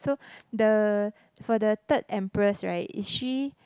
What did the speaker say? so the for the third empress right is she